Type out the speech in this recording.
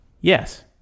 Yes